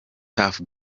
tuff